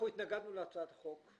אנחנו התנגדנו להצעת החוק.